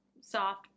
soft